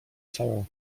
całą